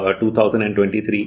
2023